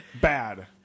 bad